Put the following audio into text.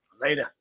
Later